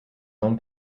own